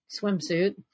swimsuit